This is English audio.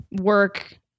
work